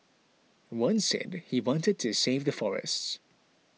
one said he wanted to save the forests